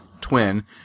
Twin